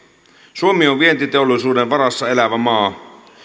suomi on vientiteollisuuden varassa elävä maa